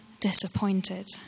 disappointed